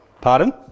Pardon